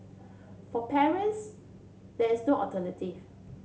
for parents there is no alternative